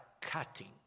cutting